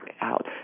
out